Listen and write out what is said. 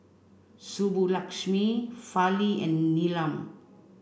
Subbulakshmi Fali and Neelam